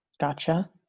Gotcha